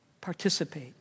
Participate